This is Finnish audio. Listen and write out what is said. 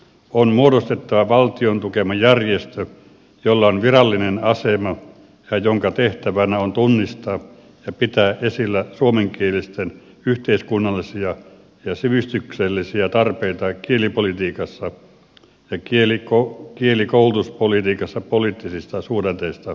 on muodostettava valtion tukema järjestö jolla on virallinen asema ja jonka tehtävänä on tunnistaa ja pitää esillä suomenkielisten yhteiskunnallisia ja sivistyksellisiä tarpeita kielipolitiikassa ja kielikoulutuspolitiikassa poliittisista suhdanteista riippumatta